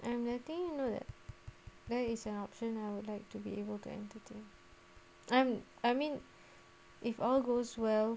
I'm letting you know that there is an option I would like to be able to entertain um I mean if all goes well